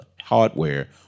hardware